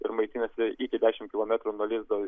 ir maitinasi iki dešimt kilometrų nuo lizdo